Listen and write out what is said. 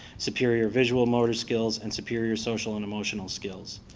superior visual motor skills, and superior social and emotional skills.